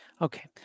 Okay